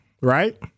Right